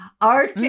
Art